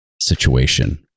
situation